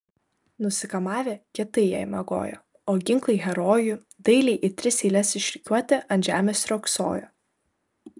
nusikamavę kietai jie miegojo o ginklai herojų dailiai į tris eiles išrikiuoti ant žemės riogsojo